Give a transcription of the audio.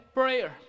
prayer